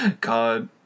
God